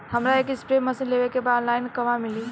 हमरा एक spray machine लेवे के बा ऑनलाइन कहवा मिली?